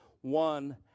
One